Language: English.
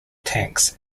tanks